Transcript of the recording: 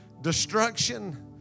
destruction